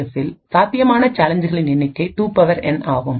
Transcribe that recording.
எஃப்பில் சாத்தியமான சேலஞ்சுகளின் எண்ணிக்கை 2N ஆகும்